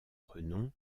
renom